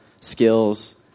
skills